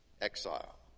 exile